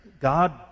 God